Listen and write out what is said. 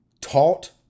taught